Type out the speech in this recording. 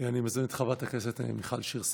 מזמין את חברת הכנסת מיכל שיר סגמן.